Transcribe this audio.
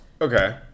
okay